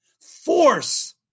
Force